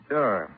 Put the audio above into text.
Sure